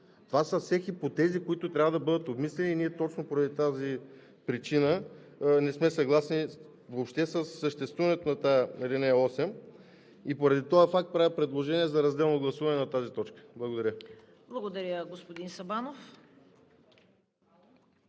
Това са все хипотези, които трябва да бъдат обмислени. Точно поради тази причина ние не сме съгласни въобще със съществуването на тази ал. 8. Поради този факт правя предложение за разделно гласуване на тази точка. Благодаря. ПРЕДСЕДАТЕЛ